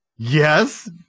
Yes